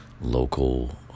local